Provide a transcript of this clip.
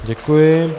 Děkuji.